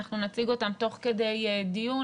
אנחנו נציג אותם תוך כדי דיון,